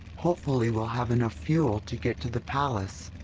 hopefully we'll have enough fuel to get to the palace.